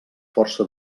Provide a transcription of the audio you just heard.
força